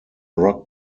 rock